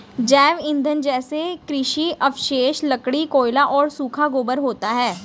जैव ईंधन जैसे कृषि अवशेष, लकड़ी, कोयला और सूखा गोबर होता है